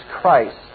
Christ